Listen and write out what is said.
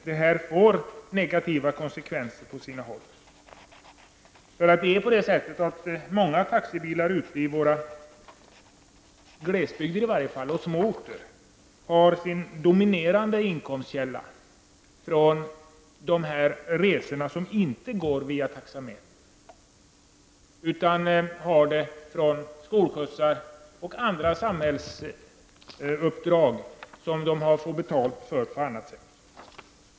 Det här får dock negativa konsekvenser på sina håll. Många taxibilar, åtminstone ute på glesbygden och på små orter, har sin dominerande inkomstkälla i de resor som inte berörs av taxametern. Det gäller skolskjutsar och andra samhällsuppdrag som de får betalt för på annat sätt.